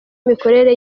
imikorere